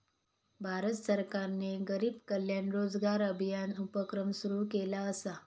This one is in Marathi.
भारत सरकारने गरीब कल्याण रोजगार अभियान उपक्रम सुरू केला असा